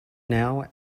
now